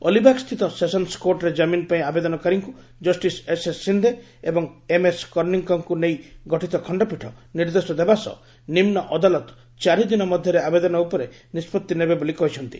ଅଲିବାଗସ୍ଥିତ session କୋର୍ଟରେ କ୍ତାମିନ ପାଇଁ ଆବେଦନକାରୀଙ୍କୁ ଜଷ୍ଟିସ୍ ଏସ୍ଏସ୍ ସିନ୍ଦେ ଏବଂ ଏମ୍ ଏସ୍ କର୍ନିକଙ୍କୁ ନେଇ ଗଠିତ ଖଣ୍ଡପୀଠ ନିର୍ଦ୍ଦେଶ ଦେବା ସହ ନିମ୍ନ ଅଦାଲତ ଚାରି ଦିନ ମଧ୍ୟରେ ଆବେଦନ ଉପରେ ନିଷ୍ପଭି ନେବେ ବୋଲି କହିଛନ୍ତି